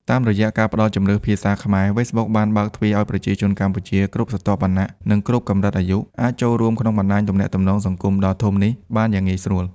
តាមរយៈការផ្តល់ជម្រើសភាសាខ្មែរ Facebook បានបើកទ្វារឲ្យប្រជាជនកម្ពុជាគ្រប់ស្រទាប់វណ្ណៈ និងគ្រប់កម្រិតអាយុ អាចចូលរួមក្នុងបណ្តាញទំនាក់ទំនងសង្គមដ៏ធំនេះបានយ៉ាងងាយស្រួល។